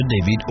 David